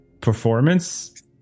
performance